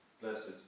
blessed